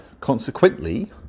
consequently